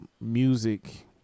music